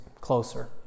closer